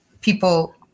people